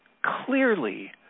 clearly